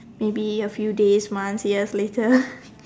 maybe a few days months years later